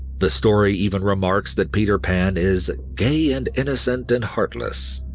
the story even remarks that peter pan is, gay and innocent and heartless.